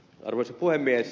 arvoisa puhemies